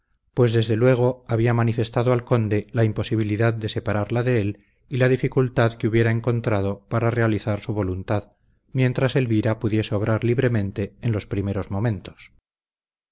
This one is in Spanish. pues desde luego había manifestado al conde la imposibilidad de separarla de él y la dificultad que hubiera encontrado para realizar su voluntad mientras elvira pudiese obrar libremente en los primeros momentos